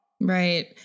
Right